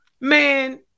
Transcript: man